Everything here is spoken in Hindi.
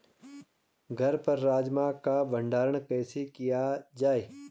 घर पर राजमा का भण्डारण कैसे किया जाय?